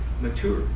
mature